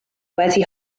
wedi